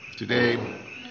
Today